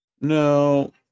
No